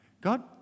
God